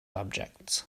objects